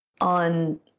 on